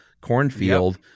cornfield